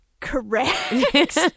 correct